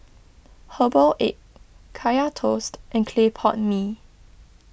Herbal Egg Kaya Toast and Clay Pot Mee